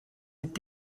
mit